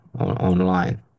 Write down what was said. online